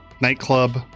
nightclub